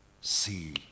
see